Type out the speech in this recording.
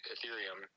Ethereum